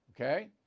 Okay